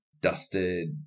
dusted